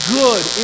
good